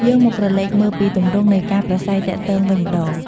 យើងមកក្រឡេកមើលពីទម្រង់នៃការប្រាស្រ័យទាក់ទងវិញម្ដង។